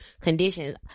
conditions